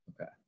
Okay